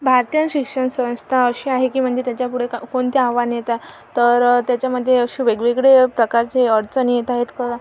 भारतीय शिक्षण संस्था अशी आहे की म्हणजे त्याच्यापुढे क कोणते आव्हान येता तर त्याच्यामध्ये अशी वेगवेगळे प्रकारचे अडचणी येत आहेत का